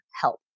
help